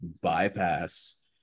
bypass